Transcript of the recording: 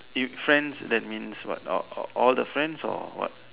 if friends that means what all all all the friends or what